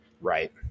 right